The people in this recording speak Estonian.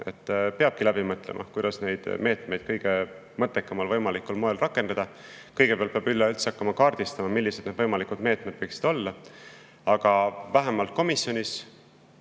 Peabki läbi mõtlema, kuidas neid meetmeid kõige mõttekamal võimalikul moel rakendada. Kõigepealt peab üleüldse hakkama kaardistama, millised need võimalikud meetmed võiksid olla. Aga vähemalt komisjonis